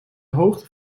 hoogte